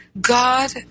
God